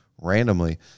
randomly